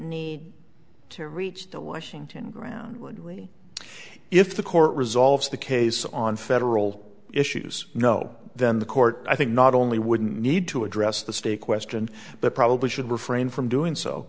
need to reach the washington ground would we if the court resolves the case on federal issues no then the court i think not only would need to address the state question but probably should refrain from doing so